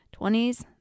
20s